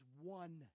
one